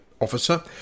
officer